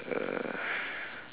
uh